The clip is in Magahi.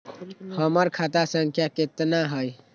हमर खाता संख्या केतना हई?